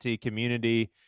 community